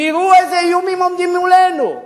תראו איזה איומים עומדים מולנו.